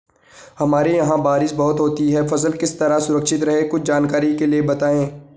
हमारे यहाँ बारिश बहुत होती है फसल किस तरह सुरक्षित रहे कुछ जानकारी के लिए बताएँ?